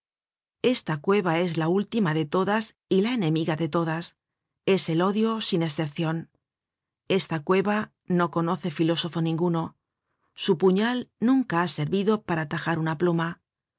esta cueva es la última de todas y la enemiga de todas es el odio sin escepcion esta cueva no conoce filósofo ninguno su puñal nunca ha servido para tajar una pluma